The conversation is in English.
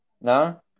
No